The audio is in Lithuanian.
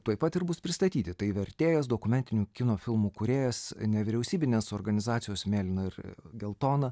tuoj pat ir bus pristatyti tai vertėjas dokumentinių kino filmų kūrėjas nevyriausybinės organizacijos mėlyna ir geltona